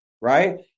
Right